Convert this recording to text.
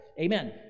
Amen